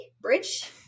Bridge